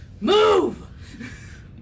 MOVE